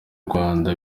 rwanda